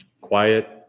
Quiet